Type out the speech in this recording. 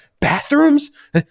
bathrooms